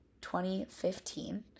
2015